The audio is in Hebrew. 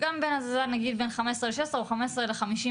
וגם בהזזה נגיד בין 15 ל-15 או 15 ל-51,